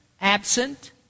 absent